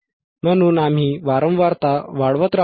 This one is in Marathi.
म्हणून आम्ही वारंवारता वाढवत राहू